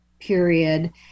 period